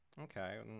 okay